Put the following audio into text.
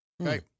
Okay